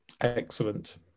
excellent